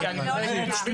רגע.